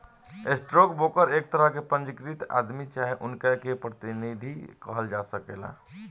stock broker एक तरह के पंजीकृत आदमी चाहे उनका के प्रतिनिधि कहल जा सकेला